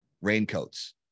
raincoats